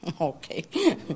Okay